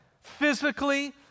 Physically